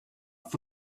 for